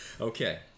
Okay